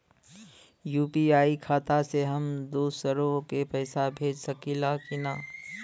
UPI खाता से हम दुसरहु के पैसा भेज सकीला की ना?